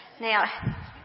Now